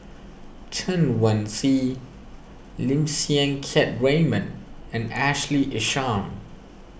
Chen Wen Hsi Lim Siang Keat Raymond and Ashley Isham